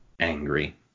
angry